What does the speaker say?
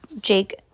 Jake